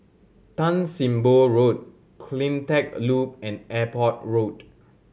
Tan Sim Boh Road Cleantech Loop and Airport Road